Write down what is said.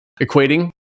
equating